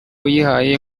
uyihaye